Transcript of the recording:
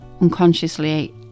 unconsciously